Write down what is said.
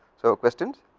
so questions